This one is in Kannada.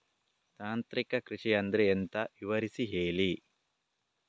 ತಾಂತ್ರಿಕ ಕೃಷಿ ಅಂದ್ರೆ ಎಂತ ವಿವರಿಸಿ ಹೇಳಿ